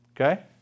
Okay